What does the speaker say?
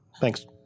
Thanks